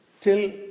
till